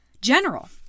General